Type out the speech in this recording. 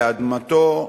באדמתו,